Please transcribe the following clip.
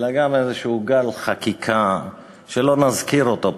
אלא גם איזשהו גל חקיקה שלא נזכיר אותו פה,